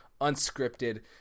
unscripted